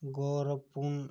गौरवपूर्ण